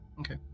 Okay